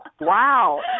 Wow